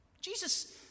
Jesus